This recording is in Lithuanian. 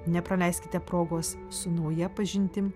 nepraleiskite progos su nauja pažintim